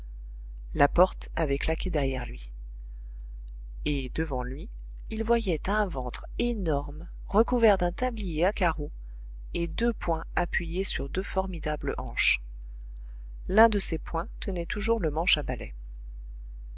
la porte avait claqué derrière lui et devant lui il voyait un ventre énorme recouvert d'un tablier à carreaux et deux poings appuyés sur deux formidables hanches l'un de ces poings tenait toujours le manche à balai